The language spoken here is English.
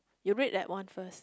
you read that one first